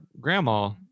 grandma